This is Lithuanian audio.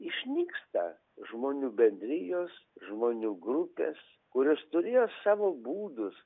išnyksta žmonių bendrijos žmonių grupės kurios turėjo savo būdus